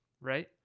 Right